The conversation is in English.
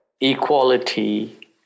equality